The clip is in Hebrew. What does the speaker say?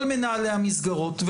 כל מנהלי המסגרות.